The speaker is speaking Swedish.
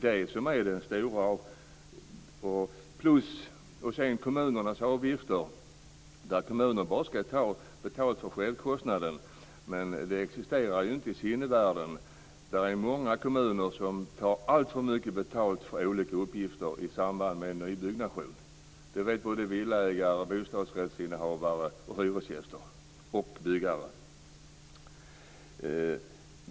Sedan har vi kommunernas avgifter. Kommunen skall bara ta betalt för självkostnaden, men det existerar ju inte i sinnevärlden. Det är många kommuner som tar alltför mycket betalt för olika uppgifter i samband med nybyggnation. Det vet villaägare, bostadsrättsinnehavare, hyresgäster och byggare.